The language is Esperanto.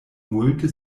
multe